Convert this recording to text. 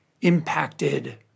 impacted